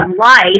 life